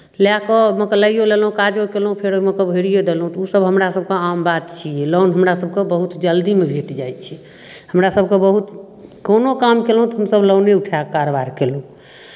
लए कऽ ओहिमे कऽ लैयो लेलहुँ काजो कयलहुँ फेर ओहिमे कऽ भरियो देलहुँ तऽ ओसभ हमरा सभके आम बात छियै लोन हमरा सभके बहुत जल्दीमे भेट जाइत छै हमरा सभके बहुत कोनो काम कयलहुँ तऽ हमसभ लोने उठाए कऽ कारबार कयलहुँ